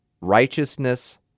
Righteousness